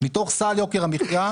היא לא פותרת את יוקר המחייה.